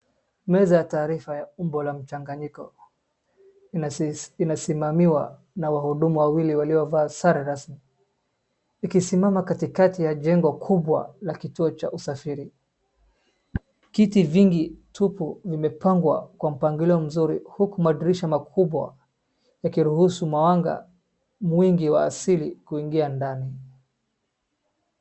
Meza ya taarifa ya umbo la mchanganyiko inasimamiwa na wahudumu wawili waliovaa sare rasmi, ikisimama katikati ya jengo kubwa la kituo cha usafiri. Kiti vingi tupo vimepangwa kwa mpangilio mzuri huku madirisha makubwa yakiruhusu mwanga mwingi wa asili kuingia ndani.